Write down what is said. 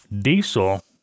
diesel